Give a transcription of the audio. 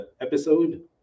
episode